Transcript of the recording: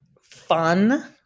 fun